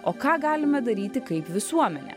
o ką galime daryti kaip visuomenė